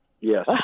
Yes